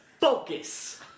focus